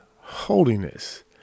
holiness